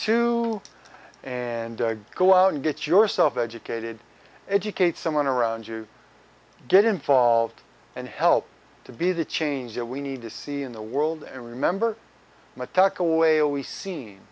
two and go out and get yourself educated educate someone around you get involved and help to be the change that we need to see in the world and remember attack away always seen